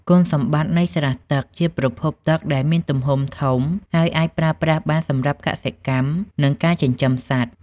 គុណសម្បត្តិនៃស្រះទឹក ជាប្រភពទឹកដែលមានទំហំធំ ហើយអាចប្រើប្រាស់បានសម្រាប់កសិកម្ម និងការចិញ្ចឹមសត្វ។